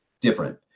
different